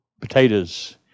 potatoes